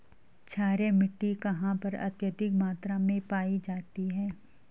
क्षारीय मिट्टी कहां पर अत्यधिक मात्रा में पाई जाती है?